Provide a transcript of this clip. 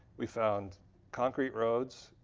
we found concrete roads,